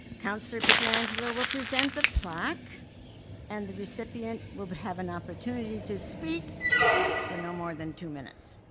counselor petriangelo will present the plaque and the recipient will but have an opportunity to speak for no more then two minutes.